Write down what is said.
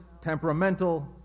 temperamental